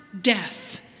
death